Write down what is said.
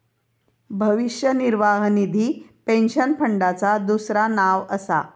भविष्य निर्वाह निधी पेन्शन फंडाचा दुसरा नाव असा